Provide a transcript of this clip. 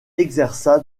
exerça